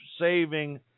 saving